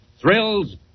Thrills